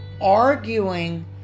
arguing